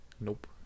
Nope